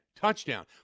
touchdown